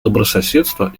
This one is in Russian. добрососедства